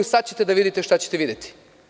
Sada ćete da vidite šta ćete videti.